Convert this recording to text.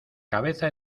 cabeza